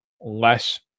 less